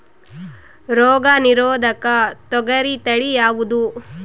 ರೋಗ ನಿರೋಧಕ ತೊಗರಿ ತಳಿ ಯಾವುದು?